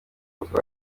umutwe